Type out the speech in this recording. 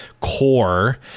core